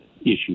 issue